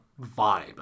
vibe